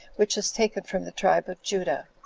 which is taken from the tribe of judah,